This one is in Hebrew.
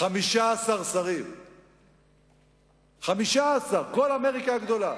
15 שרים, 15, כל אמריקה הגדולה.